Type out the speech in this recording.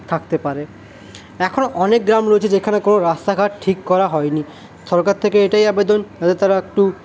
থাকতে পারে এখনও অনেক গ্রাম রয়েছে যেখানে কোন রাস্তাঘাট ঠিক করা হয়নি সরকার থেকে এটাই আবেদন যাতে তারা একটু